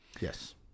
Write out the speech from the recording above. Yes